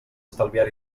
estalviar